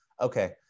Okay